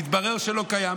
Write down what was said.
מתברר שלא קיים.